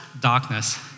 darkness